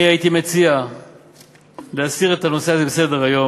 אני הייתי מציע להסיר את הנושא הזה מסדר-היום.